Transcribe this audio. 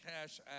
cash